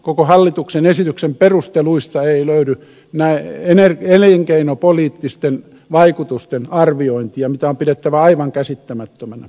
koko hallituksen esityksen perusteluista ei löydy elinkeinopoliittisten vaikutusten arviointia mitä on pidettävä aivan käsittämättömänä